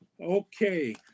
Okay